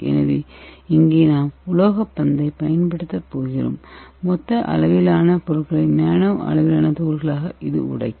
எனவே இங்கே நாம் உலோக பந்தைப் பயன்படுத்தப் போகிறோம் இது மொத்தப் அளவிலான பொருள்களை நானோ அளவிலான துகள்களாக உடைக்கும்